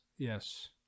yes